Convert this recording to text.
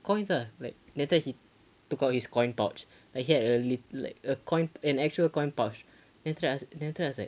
coins lah like then after that he took out his coin pouch like he had a lit~ like a coin an actual coin pouch then after that I asked then after that I was like